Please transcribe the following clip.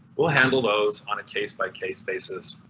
we'll handle those on a case by case basis.